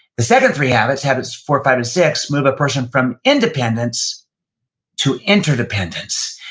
the second three habits, habits four, five, and six move a person from independence to interdependence.